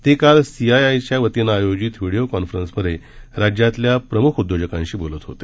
ते काल सीआयआयच्या वतीने आयोजित व्हिडिओ कॉन्फरन्समधे राज्यातल्या प्रमुख उद्योजकांशी बोलत होते